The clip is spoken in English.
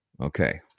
Okay